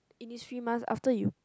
Innisfree mask after you